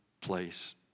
place